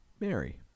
Mary